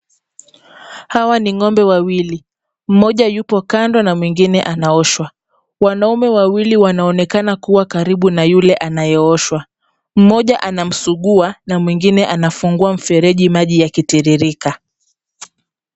Hawa ni ng'ombe wawili, mmoja yupo kando na mwingine anaoshwa. Wanaume wawili wanaonekana kuwa karibu na yule anayeoshwa. Mmoja anamsugua na mwingine anafungua mfereji maji yakitiririka.